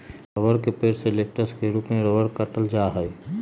रबड़ के पेड़ से लेटेक्स के रूप में रबड़ काटल जा हई